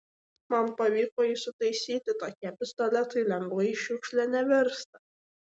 man pavyko jį sutaisyti tokie pistoletai lengvai šiukšle nevirsta